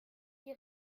die